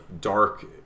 dark